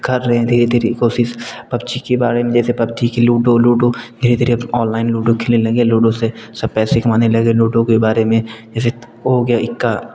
कर रहे हैं धीरे धीरे कोशिश पबजी के बारे में जैसे पबजी लूडो लूडो धीरे धीरे ऑनलाइन लूडो खेलने लगे लूडो से सब पैसे कमाने लगे लूडो के बारे में जैसे वो हो गया इक्का